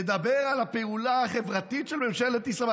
לדבר על הפעולה החברתית של ממשלת ישראל,